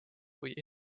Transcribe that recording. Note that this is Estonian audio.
või